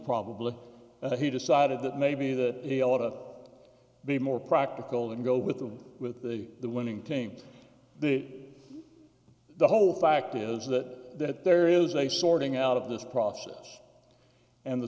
probably he decided that maybe that he ought to be more practical and go with them with the winning team the the whole fact is that there is a sorting out of this process and the